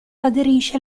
aderisce